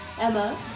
Emma